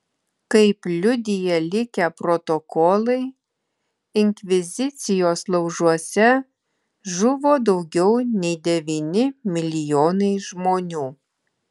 kaip liudija likę protokolai inkvizicijos laužuose žuvo daugiau nei devyni milijonai žmonių